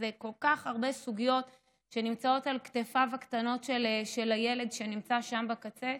כל כך הרבה סוגיות שנמצאות על כתפיו הקטנות של הילד שנמצא שם בקצה,